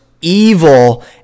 evil